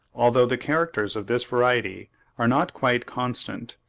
although the characters of this variety are not quite constant,